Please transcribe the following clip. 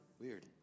Weird